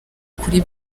kuri